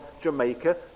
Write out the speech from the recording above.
Jamaica